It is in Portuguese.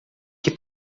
que